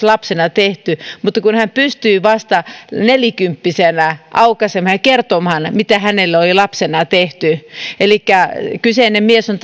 lapsena tehty mutta hän pystyy vasta nelikymppisenä aukaisemaan ja kertomaan mitä hänelle on lapsena tehty elikkä kyseinen mies on